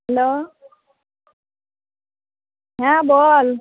hello হ্যাঁ বল